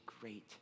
great